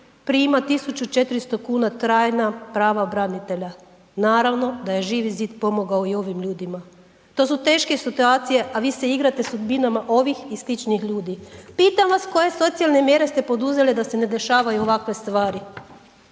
prima 1.400,00 kn trajna prava branitelja. Naravno da je Živi zid pomogao i ovim ljudima. To su teške situacije, a vi se igrate sudbinama ovih i sličnih ljudi. Pitam vas koje socijalne mjere ste poduzeli da se ne dešavaju ovakve stvari?